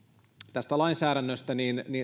tästä lainsäädännöstä